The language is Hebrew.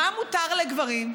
מה מותר לגברים?